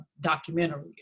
documentary